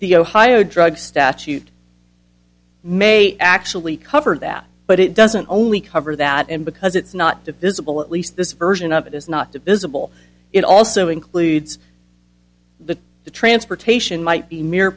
the ohio drug statute may actually cover that but it doesn't only cover that and because it's not divisible at least this version of it is not to bizzle it also includes the transportation might be mere